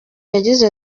yagize